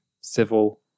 civil